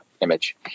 image